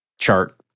chart